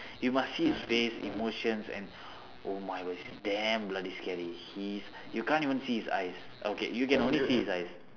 you must see his face emotion and oh my god he's damn bloody scary he is you can't even see his eyes okay you can only see his eyes